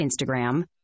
Instagram